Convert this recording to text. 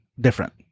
different